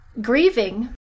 grieving